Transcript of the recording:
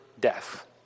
death